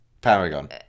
Paragon